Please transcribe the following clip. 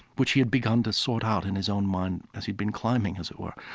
which he had begun to sort out in his own mind as he'd been climbing, as it were.